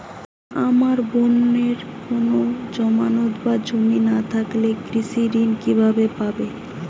আমার বোনের কোন জামানত বা জমি না থাকলে কৃষি ঋণ কিভাবে পাবে?